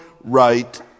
right